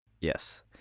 Yes